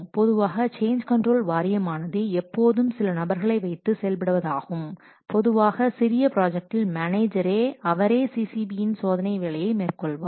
பொதுவாக change control வாரியமானது எப்போதும் சில நபர்களை வைத்து செயல்படுவதாகும் பொதுவாக சிறிய ப்ராஜெக்டில் மேனேஜரே அவரே CCB இன் சோதனை வேலையை மேற்கொள்வார்